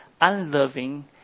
unloving